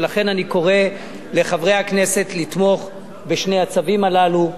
ולכן אני קורא לחברי הכנסת לתמוך בשני הצווים הללו.